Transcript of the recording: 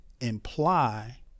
imply